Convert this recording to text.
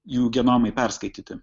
jų genomai perskaityti